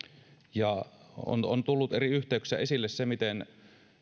on on tullut eri yhteyksissä esille miten